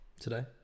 today